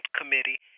committee